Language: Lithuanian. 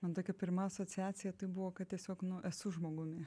man tokia pirma asociacija tai buvo kad tiesiog nu esu žmogumi